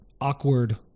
awkward